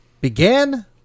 began